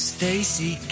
Stacy